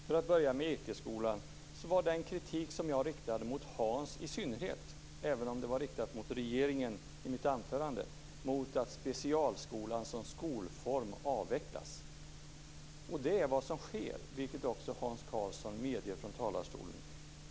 Herr talman! För att börja med Ekeskolan så gällde den kritik som jag riktade mot i synnerhet Hans Karlsson, även om den var riktad mot regeringen i mitt anförande, att specialskolan som skolform avvecklas. Det är vad som sker, vilket också Hans Karlsson medger från talarstolen.